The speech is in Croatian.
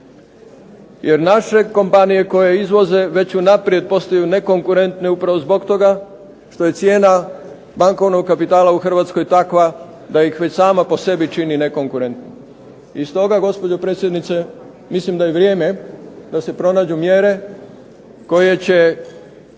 Jer naše kompanije koje izvoze već unaprijed postaju nekonkurentne upravo zbog toga što je cijena bankovnog kapitala u Hrvatskoj takva da ih već sama po sebi čini nekonkurentnom. I stoga gospođo predsjednice, mislim da je vrijeme da se pronađu mjere koje će